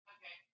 Okay